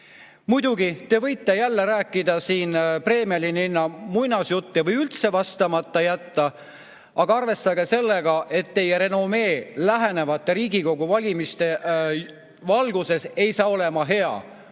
Muidugi, te võite jälle rääkida siin Breemeni linna muinasjutte või üldse vastamata jätta, aga arvestage sellega, et teie renomee lähenevate Riigikogu valimiste valguses ei saa olema hea.